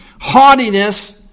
haughtiness